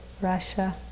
russia